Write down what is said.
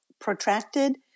protracted